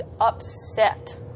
upset